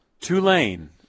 Tulane